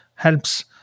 helps